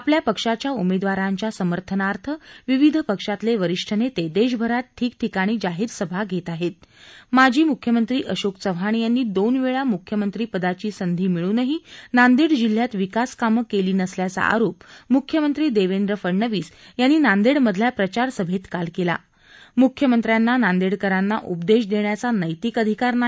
आपल्या पक्षाच्या उमेदवारांच्या समर्थनार्थ विविध पक्षातले वरिष्ठ नेते देशभरात ठिकठिकाणी जाहीरसभा घेत आहेत माजी म्ख्यमंत्री अशोक चव्हाण यांनी दोनवेळा म्ख्यमंत्री पदाची संधी मिळूनही नांदेड जिल्ह्यात विकास कामं केली नसल्याचा आरोप मुख्यमंत्री देवेंद्र फडणवीस यांनी नांदेडमधल्या प्रचार सभेत केला मुख्यमंत्र्यांना नांदेडकरांना उपदेश देण्याचा नैतिक अधिकार नाही